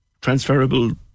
transferable